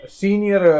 senior